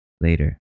later